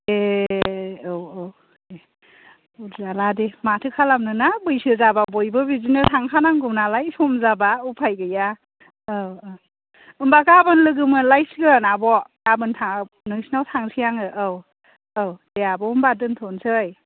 ए औ औ दे अरजाला दे माथो खालामनो ना बैसो जाबा बयबो बिदिनो थांखा नांगौनालाय सम जाबा उफाय गैया औ औ होनबा गाबोन लोगो मोनलायसिगोन आब' गाबोन नोंसोरनाव थांसै आङो औ औ दे आब' होनबा दोनथ'नोसै